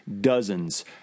dozens